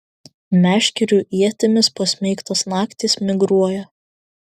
meškerių ietimis pasmeigtos naktys migruoja